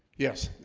yes,